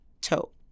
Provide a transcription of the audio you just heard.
toe